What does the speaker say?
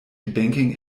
banking